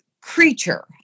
creature